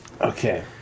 Okay